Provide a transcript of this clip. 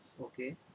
Okay